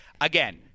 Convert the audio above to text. Again